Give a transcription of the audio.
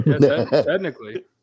Technically